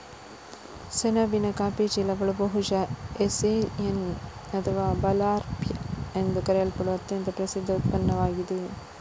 ಸೆಣಬಿನ ಕಾಫಿ ಚೀಲಗಳು ಬಹುಶಃ ಹೆಸ್ಸಿಯನ್ ಅಥವಾ ಬರ್ಲ್ಯಾಪ್ ಎಂದು ಕರೆಯಲ್ಪಡುವ ಅತ್ಯಂತ ಪ್ರಸಿದ್ಧ ಉತ್ಪನ್ನವಾಗಿದೆ